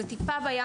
זו טיפה בים.